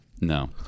No